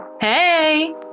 Hey